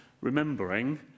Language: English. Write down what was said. remembering